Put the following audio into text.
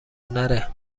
نره